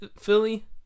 Philly